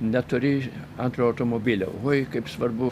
neturi antro automobilio oi kaip svarbu